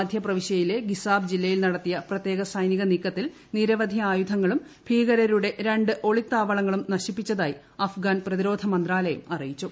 മധ്യ പ്രവിശ്യയിലെ ഗിസാബ് ജില്ലയിൽ നടത്തിയ പ്രത്യേക സൈനിക നീക്കത്തിൽ നിരവധി ആയുധങ്ങളും ഭീകരരുടെ ഒളിത്താവളങ്ങളും നശിപ്പിച്ചതായി അഫ്ഗാൻ പ്രതിരോധ മന്ത്രാലയം അറിയിച്ചു